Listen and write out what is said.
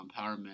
empowerment